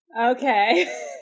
Okay